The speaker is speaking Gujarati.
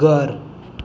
ઘર